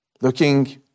looking